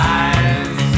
eyes